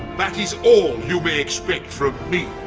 that is all you may expect from me.